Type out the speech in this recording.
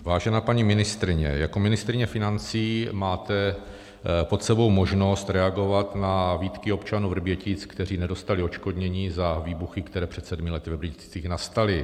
Vážená paní ministryně, jako ministryně financí máte pod sebou možnost reagovat na výtky občanů Vrbětic, kteří nedostali odškodnění za výbuchy, které před sedmi lety ve Vrběticích nastaly.